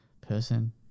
Person